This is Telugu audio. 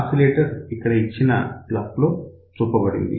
ఆసిలేటర్ ఇక్కడ ఇచ్చిన బ్లాక్ లో చూపబడింది